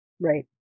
right